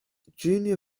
junior